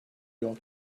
yol